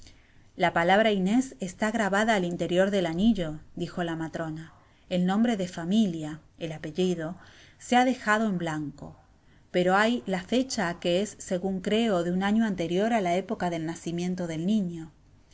la palabra inés está grabada al interior del anillo dijo la matrona el nombre de familia el apellido se ha dejado en blanco pero hay la fecha que es segun creo de un año anterior á la época del nacimiento del niño